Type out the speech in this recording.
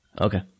Okay